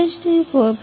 industry 4